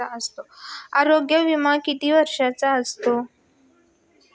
आरोग्य विमा किती वर्षांचा असतो?